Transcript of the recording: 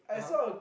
(uh huh)